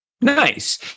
Nice